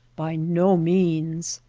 by no means.